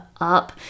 up